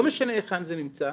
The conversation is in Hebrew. לא משנה היכן זה נמצא,